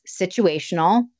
situational